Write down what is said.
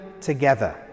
together